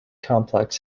complex